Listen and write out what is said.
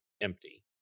empty